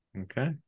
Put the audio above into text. okay